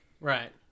right